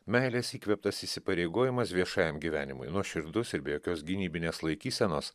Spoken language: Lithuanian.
meilės įkvėptas įsipareigojimas viešajam gyvenimui nuoširdus ir be jokios gynybinės laikysenos